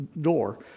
door